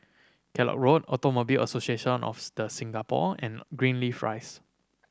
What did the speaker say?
Kellock Road Automobile Association of The Singapore and Greenleaf Rise